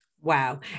Wow